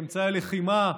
אמצעי הלחימה,